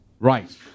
Right